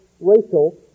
racial